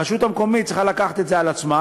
הרשות המקומית צריכה לקחת את זה על עצמה,